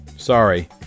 Sorry